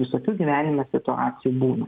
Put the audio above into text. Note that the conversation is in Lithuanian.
visokių gyvenime situacijų būna